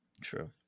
True